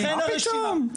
מה פתאום,